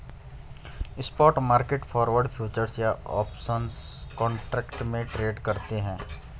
spot market forward, futures या options contract में trade करते हैं